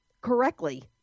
correctly